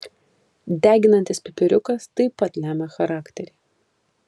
deginantis pipiriukas taip pat lemia charakterį